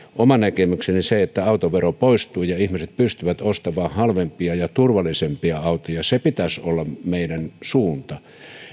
oma näkemykseni että autovero poistuu ja ihmiset pystyvät ostamaan halvempia ja turvallisempia autoja sen pitäisi olla meidän suunta